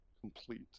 complete